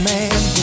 man